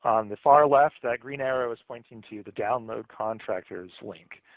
on the far left, that green arrow is pointing to the download contractors link.